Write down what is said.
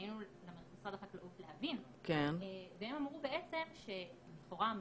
פנינו למשרד החקלאות להבין והם אמרו שלכאורה הם